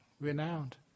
renowned